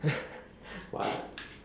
what